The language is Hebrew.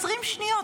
20 שניות.